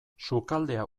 sukaldea